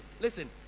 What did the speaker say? listen